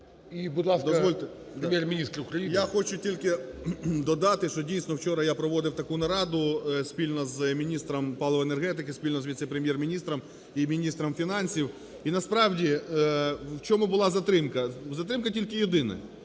Я хочу тільки додати, що дійсно, вчора я проводив таку нараду спільно з міністром паливної енергетики спільно, з віце-прем'єр міністром і міністром фінансів, і насправді, в чому була затримка. Затримка тільки єдина.